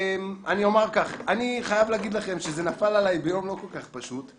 אני חייב להגיד לכם שהעניין הזה נפל עלי ביום לא כל כך פשוט,